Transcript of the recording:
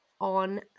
on